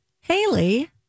Haley